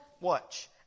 Watch